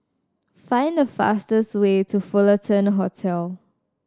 find the fastest way to Fullerton Road